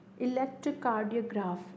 Electrocardiograph